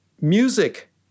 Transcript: music